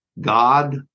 God